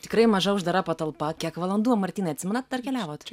tikrai maža uždara patalpa kiek valandų martynai atsimenate dar keliavot